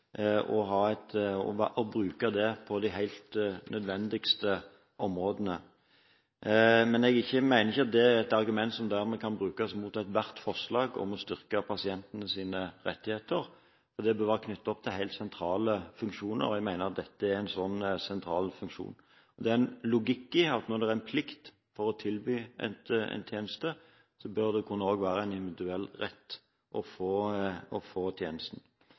det på de helt nødvendige områdene. Men jeg mener ikke at det er et argument som dermed kan brukes mot ethvert forslag om å styrke pasientenes rettigheter. Det bør være knyttet til helt sentrale funksjoner, og jeg mener at dette er en sentral funksjon. Det er en logikk i at når det er en plikt å tilby en tjeneste, bør det også kunne være en individuell rett å få